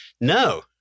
No